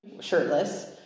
shirtless